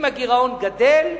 אם הגירעון גדל,